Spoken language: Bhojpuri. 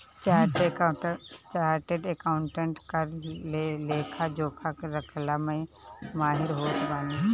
चार्टेड अकाउंटेंट कर के लेखा जोखा रखला में माहिर होत बाने